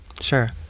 Sure